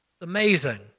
Amazing